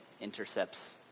intercepts